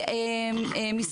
כן, כן, אני.